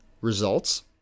results